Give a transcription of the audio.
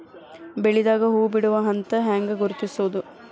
ಬೆಳಿದಾಗ ಹೂ ಬಿಡುವ ಹಂತ ಹ್ಯಾಂಗ್ ಗುರುತಿಸೋದು?